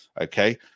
okay